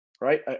right